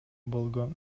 болгон